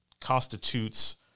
constitutes